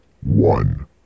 one